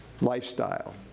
lifestyle